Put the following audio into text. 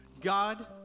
God